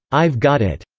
i've got it!